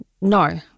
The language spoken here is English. no